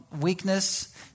weakness